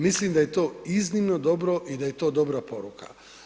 Mislim da je to iznimno dobro i da je to dobra poruka.